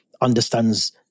understands